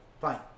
fine